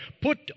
Put